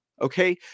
Okay